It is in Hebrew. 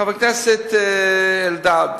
חבר הכנסת אלדד,